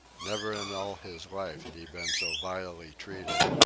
never in all his life had he been so vilely treated,